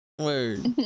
Word